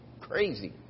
crazy